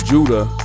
Judah